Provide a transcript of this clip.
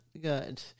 good